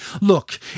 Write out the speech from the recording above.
look